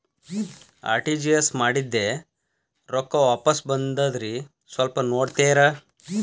RTGS ಮಾಡಿದ್ದೆ ರೊಕ್ಕ ವಾಪಸ್ ಬಂದದ್ರಿ ಸ್ವಲ್ಪ ನೋಡ್ತೇರ?